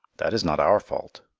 that is not our fault.